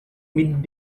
mid